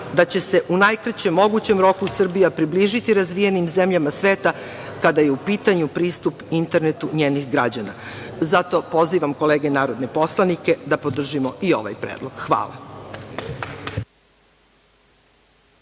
da će se u najkraćem mogućem roku Srbija približiti razvijenim zemljama sveta kada je u pitanju pristup internetu njenih građana. Zato pozivam kolege narodne poslanike da podržimo i ovaj predlog. Hvala.